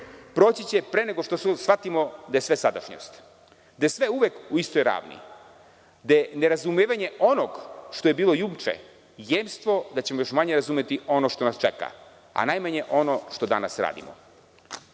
proći će pre nego što shvatimo da je sve sadašnjost, da je sve uvek u istoj ravni gde nerazumevanje onog što je bilo juče jemstvo da ćemo još manje razumeti ono što nas čeka, a najmanje ono što danas radimo.“Šta